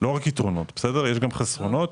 לא רק יתרונות, יש גם חסרונות.